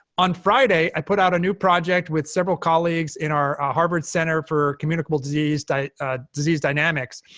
on friday, i put out a new project with several colleagues in our harvard center for communicable disease ah disease dynamics,